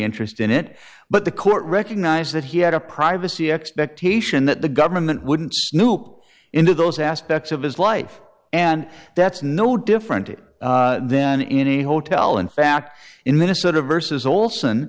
interest in it but the court recognized that he had a privacy expectation that the government wouldn't snoop into those aspects of his life and that's no different then in a hotel in fact in minnesota versus ols